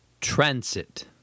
Transit